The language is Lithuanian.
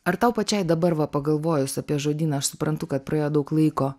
ar tau pačiai dabar va pagalvojus apie žodyną aš suprantu kad praėjo daug laiko